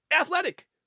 athletic